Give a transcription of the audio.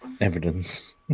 Evidence